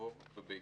בתקציבו ובהיקפו.